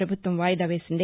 ప్రభుత్వం వాయిదా వేసింది